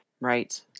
Right